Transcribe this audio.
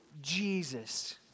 Jesus